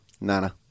nana